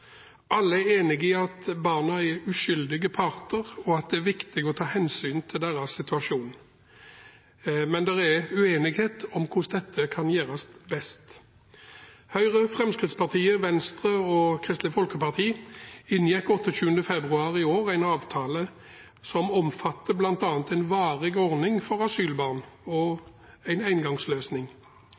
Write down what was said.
Alle er enige i at barna er uskyldige parter, og at det er viktig å ta hensyn til deres situasjon, men det er uenighet rundt hvordan dette kan gjøres best. Høyre, Fremskrittspartiet, Venstre og Kristelig Folkeparti inngikk 28. februar i år en avtale som omfatter bl.a. en varig ordning for asylbarn og en engangsløsning.